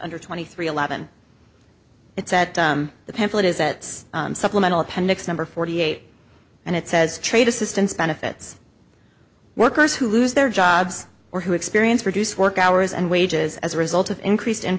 under twenty three eleven it's the pencil it is a supplemental appendix number forty eight and it says trade assistance benefits workers who lose their jobs or who experience reduce work hours and wages as a result of increased i